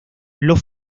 los